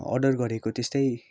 order गरेको त्यस्तै